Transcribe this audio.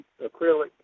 acrylic